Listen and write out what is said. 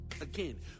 Again